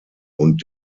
und